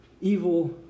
Evil